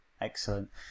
Excellent